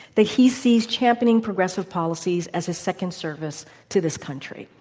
that he sees championing progressive policies as his second service to this country.